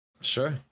sure